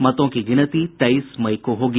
मतों की गिनती तेईस मई को होगी